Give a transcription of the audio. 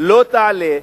לא תעלה,